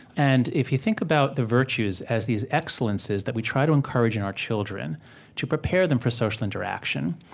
and if you think about the virtues as these excellences that we try to encourage in our children to prepare them for social interaction,